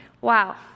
Wow